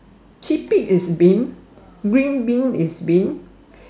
chickpea is Bean green Bean is Bean